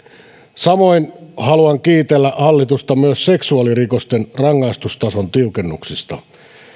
samoin haluan kiitellä hallitusta myös seksuaalirikosten rangaistustason tiukennuksista